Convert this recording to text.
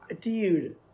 dude